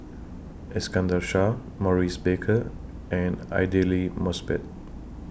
Iskandar Shah Maurice Baker and Aidli Mosbit